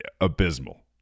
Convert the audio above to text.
abysmal